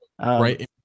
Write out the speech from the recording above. Right